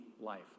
life